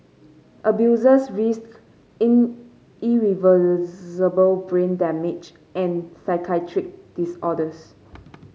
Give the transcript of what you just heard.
abusers risked in irreversible brain damage and psychiatric disorders